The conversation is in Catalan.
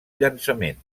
llançament